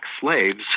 slaves